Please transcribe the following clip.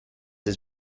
his